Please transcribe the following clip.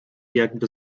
jakby